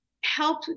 help